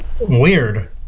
weird